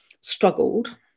struggled